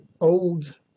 old